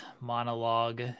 monologue